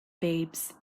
babes